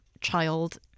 child